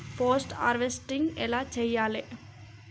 Post harvesting ఎలా చెయ్యాలే?